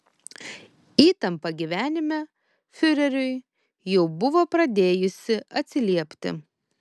įtampa gyvenime fiureriui jau buvo pradėjusi atsiliepti